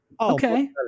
Okay